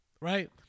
right